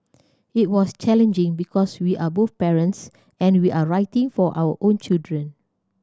it was challenging because we are both parents and we are writing for our own children